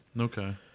Okay